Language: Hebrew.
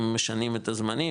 אם משנים את הזמנים,